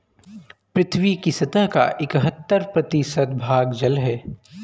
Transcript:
पृथ्वी की सतह का इकहत्तर प्रतिशत भाग जल है